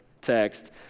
text